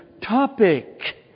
Topic